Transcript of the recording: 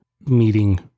meeting